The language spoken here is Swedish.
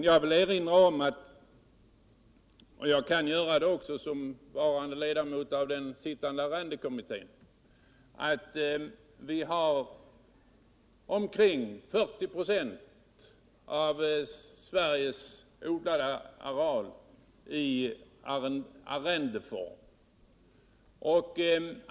Jag vill erinra om — och jag kan göra det också såsom varande ledamot av den sittande arrendekommittén — att vi har omkring 40 26 av Sveriges odlade areal i arrendeform.